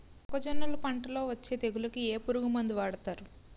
మొక్కజొన్నలు పంట లొ వచ్చే తెగులకి ఏ పురుగు మందు వాడతారు?